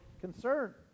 concern